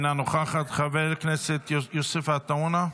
אינה נוכחת, חבר הכנסת יוסף עטאונה,